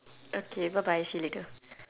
okay bye bye see you later